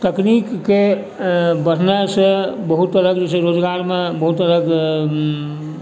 तकनीककेँ बढ़लासँ बहुत तरहके जे छै रोजगारमे बहुत तरहके